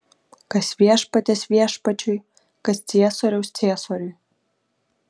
kas viešpaties viešpačiui kas ciesoriaus ciesoriui